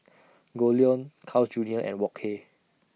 Goldlion Carl's Junior and Wok Hey